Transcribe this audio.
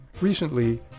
Recently